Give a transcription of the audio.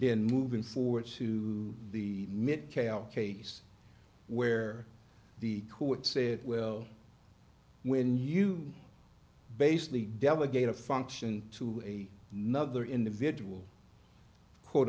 then moving forward to the mid cayle case where the court said well when you basically delegate a function to a nother individual quote